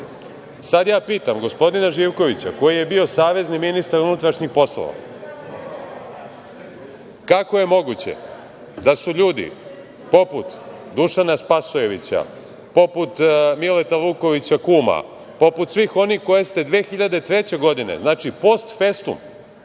ja pitam gospodina Živkovića, koji je bio savezni ministar unutrašnjih poslova - kako je moguće da su ljudi poput Dušana Spasojevića, poput Mileta Vukovića Kuma, poput svih onih koje ste 2003. godine, znači, post festum,